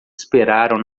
esperaram